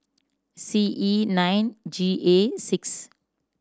C E nine G A six